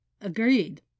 Agreed